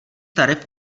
tarif